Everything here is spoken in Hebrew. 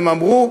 הם אמרו,